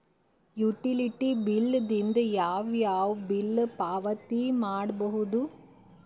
Utility bill ದಿಂದ ಯಾವ ಯಾವ ಬಿಲ್ ಪಾವತಿ ಮಾಡಬಹುದು?